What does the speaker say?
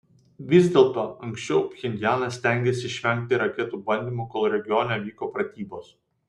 vis dėlto anksčiau pchenjanas stengėsi išvengti raketų bandymų kol regione vyko pratybos